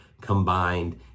combined